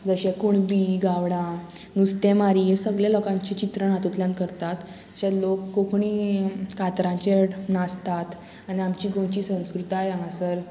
जशें कुणबी गावडां नुस्तें मारी हे सगळें लोकांचें चित्रण हातूंतल्यान करतात जशें लोक कोंकणी कातरांचेर नाचतात आनी आमची गोंयची संस्कृताय हांगासर